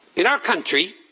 in our country,